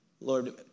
Lord